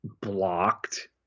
blocked